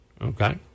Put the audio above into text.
Okay